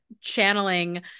channeling